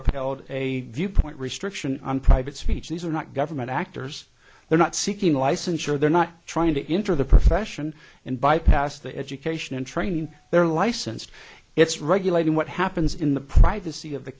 upheld a viewpoint restriction on private speech these are not government actors they're not seeking a license sure they're not trying to enter the profession and bypass the education and training they're licensed it's regulating what happens in the privacy of the